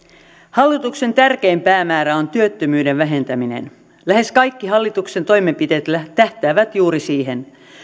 hallituksen tärkein päämäärä on työttömyyden vähentäminen lähes kaikki hallituksen toimenpiteet tähtäävät juuri siihen